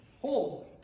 holy